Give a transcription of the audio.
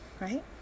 right